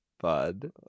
Bud